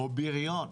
או בריון.